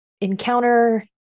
encounter